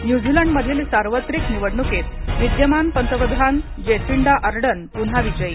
न्यूझीलंडमधील सार्वत्रिक निवडणुकीत विद्यमान पंतप्रधान जेसिंडा आर्डर्न पुन्हा विजयी